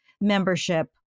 membership